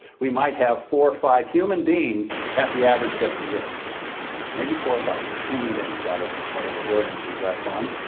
we might have four or five human beings at the average depth of the earth maybe four or five human beings out of whatever billions we've got going.